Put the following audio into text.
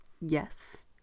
Yes